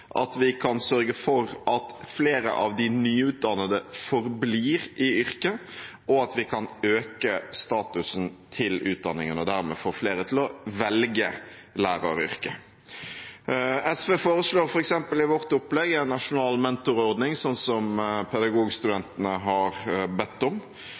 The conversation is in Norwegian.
kan sørge for at flere av de nyutdannede forblir i yrket, og kan øke statusen til utdanningen og dermed få flere til å velge læreryrket. SV foreslår i sitt opplegg f.eks. en nasjonal mentorordning, slik Pedagogstudentene har bedt om.